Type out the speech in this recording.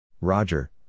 Roger